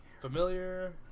Familiar